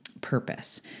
purpose